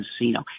casino